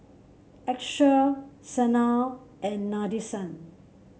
Akshay Sanal and Nadesan